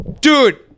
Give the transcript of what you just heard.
Dude